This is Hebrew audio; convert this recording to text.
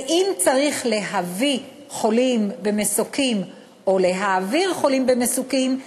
ואם צריך להביא חולים במסוקים או להעביר חולים במסוקים,